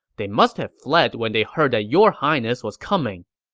they must have fled when they heard that your highness was coming.